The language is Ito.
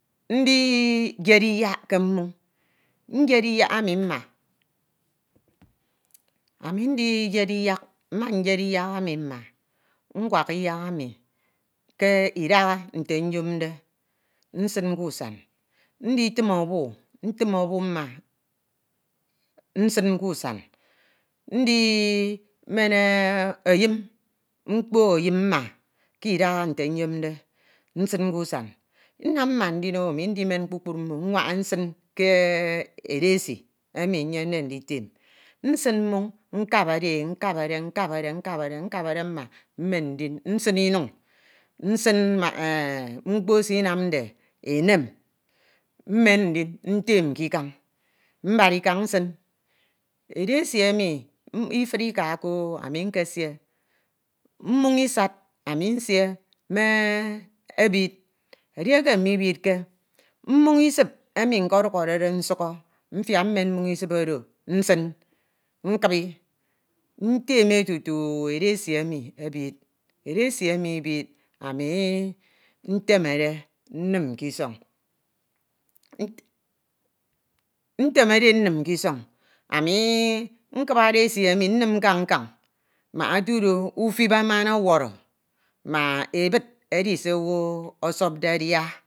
ndinyed iyak a mmoñ, nyed iyak emi mma, nmak iyak emi ke idaha nte nyemde nsin ke usan, nnam ndin ami adimen kpukpru, mmo nwanha nsin ke edesi emi nyemde nditim nsin mmoñ nkabade e nkabadee nkabade mma mmon ndin, nsin inun, nsin mme mkpọ sinamde enem, mmon ndin ntem ke ikan, mbara ikan nsin edesi emi ifud ika ko- o, ami nkesie mmoñ isad, ami ndie me ebid, edieke mibiake, mmoñ isip enu nkedukhorede nsukhọ mfiak mmoñ isip oro nsin nkabi nteme tutu edesi emi ibid, edesi ibid ami ntemede nnun ke isoñ, ntemede e nnim ke isoñ, ami nkupbade esi emi nnim nkan nkan, mbak ebid edi se owu osọpde adia.